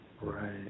Right